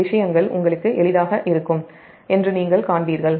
விஷயங்கள் உங்களுக்கு எளிதாக இருக்கும் என்று நீங்கள் காண்பீர்கள்